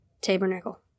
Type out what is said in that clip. tabernacle